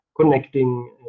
connecting